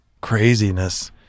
Craziness